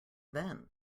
then